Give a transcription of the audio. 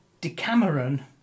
Decameron